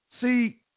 see